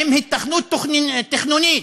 עם היתכנות תכנונית.